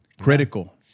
Critical